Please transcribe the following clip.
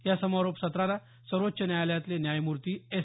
या समारोप सत्राला सर्वोच्च न्यायालयातले न्यायमूर्ती एस